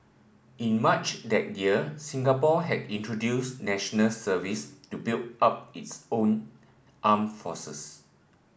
in March that year Singapore had introduced National Service to build up its own armed forces